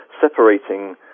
separating